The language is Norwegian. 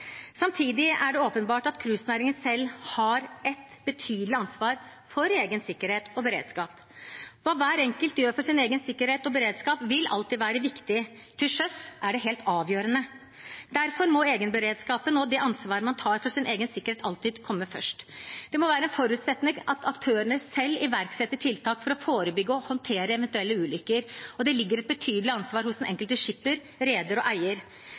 Samtidig er det åpenbart at cruisenæringen selv har et betydelig ansvar for egen sikkerhet og beredskap. Hva hver enkelt gjør for sin egen sikkerhet og beredskap, vil alltid være viktig. Til sjøs er det helt avgjørende. Derfor må egenberedskapen og det ansvaret man tar for sin egen sikkerhet, alltid komme først. Det må være en forutsetning at aktørene selv iverksetter tiltak for å forebygge og håndtere eventuelle ulykker, og det ligger et betydelig ansvar hos den enkelte skipper, reder og eier.